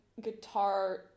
guitar